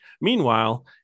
Meanwhile